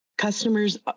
Customers